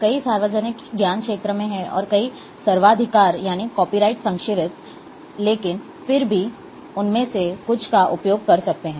कई सार्वजनिक ज्ञानक्षेत्र में हैं और कई सर्वाधिकार संरक्षित हैं लेकिन फिर भी उनमें से कुछ का उपयोग कर सकते हैं